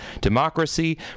democracy